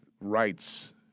rights